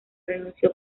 renunció